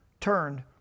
turned